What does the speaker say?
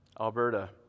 Alberta